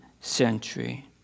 century